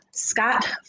Scott